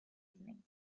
evening